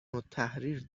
التحریر